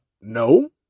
no